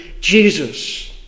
Jesus